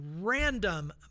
random